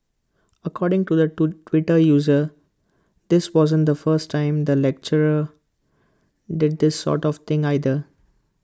according to the to Twitter user this wasn't the first time the lecturer did this sort of thing either